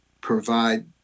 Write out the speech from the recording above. provide